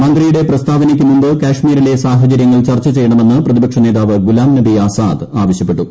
മന്ത്രിയുടെ പ്രസ്താവനയ്ക്ക് മുമ്പ് കാശ്മീ രിലെ സാഹചര്യങ്ങൾ ചർച്ച് ചെയ്യണമെന്ന് പ്രതിപക്ഷനേതാവ് ഗുലാം നബി ആസാദ് ആവശ്യപ്പെട്ടു